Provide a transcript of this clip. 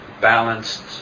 balanced